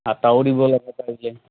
আটাও দিব লাগে পাৰিলে